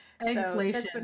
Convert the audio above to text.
inflation